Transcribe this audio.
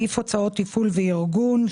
סעיף הוצאות תפעול וארגון,